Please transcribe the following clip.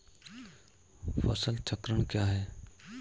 फसल चक्रण क्या है?